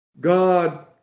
God